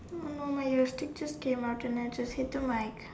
um no my ear stitches came out and I just hit the mic